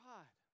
God